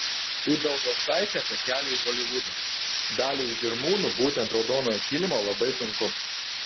ibelhauptaitė apie kelią į holivudą daliai iš žirmūnų būti ant raudonojo kilimo labai sunku